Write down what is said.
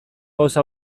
gauza